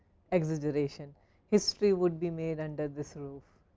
exaggeration history would be made under this roof.